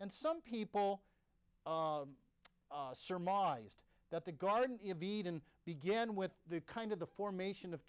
and some people surmised that the garden of eden began with the kind of the formation of